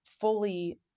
fully